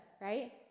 right